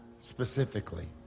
specifically